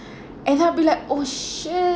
and I'll be like oh shi~